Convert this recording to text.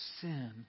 sin